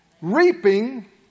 Reaping